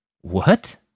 What